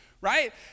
right